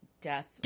death